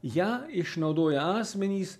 ją išnaudoja asmenys